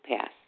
Pass